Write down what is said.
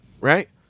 right